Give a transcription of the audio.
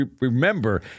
Remember